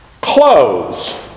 clothes